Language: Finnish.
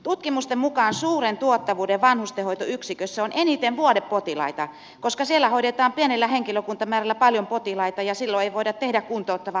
tutkimusten mukaan suuren tuottavuuden vanhustenhoitoyksikössä on eniten vuodepotilaita koska siellä hoidetaan pienellä henkilökuntamäärällä paljon potilaita ja silloin ei voida tehdä kuntouttavaa hoitotyötä